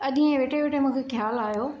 अॼु इएं वेठे वेठे मूंखे ख़्यालु आयो